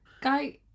guy